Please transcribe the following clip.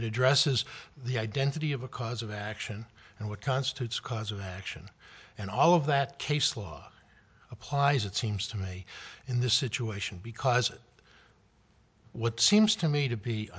and it dresses the identity of a cause of action and what constitutes cause of action and all of that case law applies it seems to me in this situation because it what seems to me to be